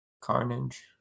Carnage